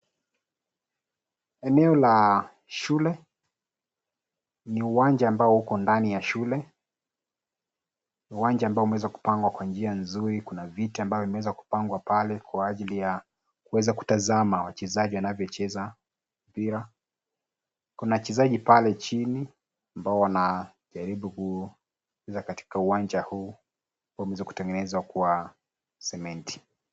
Eneo la shule. Ni uwanja ambao uko ndani ya shule. Ni uwanja ambao umeweza kupangwa kwa njia nzuri kuna viti vilivyoweza kupangwa pale kwa ajili ya kuweza kutazama wachezaji wanavyocheza pia kuna wachezaji pale chini ambao wanajaribu kucheza katika uwanja huu ulio kutengenezwa kwa sementi.